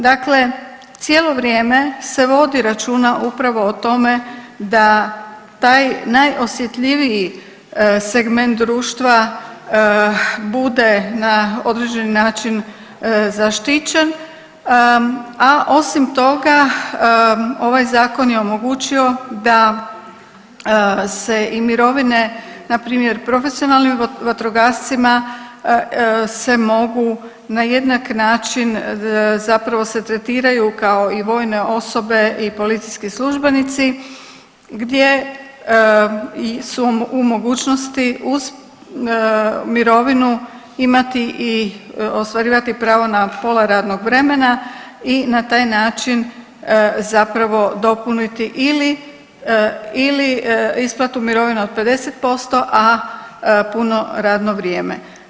Dakle cijelo vrijeme se vodi računa upravo o tome da taj najosjetljiviji segment društva bude na određeni način zaštićen, a osim toga, ovaj Zakon je omogućio da se i mirovine, npr. profesionalnim vatrogascima se mogu na jednak način, zapravo se tretiraju kao i vojno osobe i policijski službenici gdje su u mogućnosti uz mirovinu imati i ostvarivati pravo na pola radnog vremena i na taj način zapravo dopuniti ili isplatu mirovina od 50%, a puno radno vrijeme.